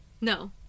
No